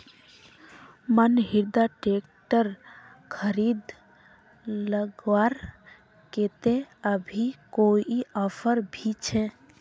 Mahindra tractor खरीद लगवार केते अभी कोई ऑफर भी छे?